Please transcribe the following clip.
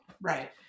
Right